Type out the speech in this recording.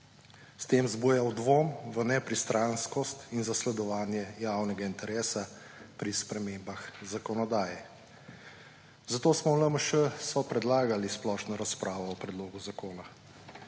S tem zbuja dvom v nepristranskost in zasledovanje javnega interesa pri spremembah zakonodaje. Zato smo v LMŠ predlagali splošno razpravo o predlogu zakona.